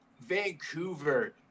vancouver